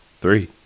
three